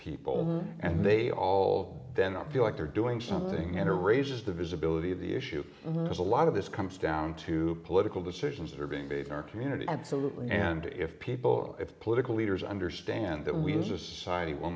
people and they all then i feel like they're doing something and are raises the visibility of the issue is a lot of this comes down to political decisions that are being made in our community absolutely and if people if political leaders understand that we as a society will